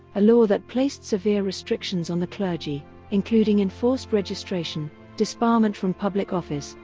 a law that placed severe restrictions on the clergy including enforced registration, disbarment from public office,